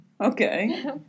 Okay